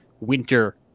winter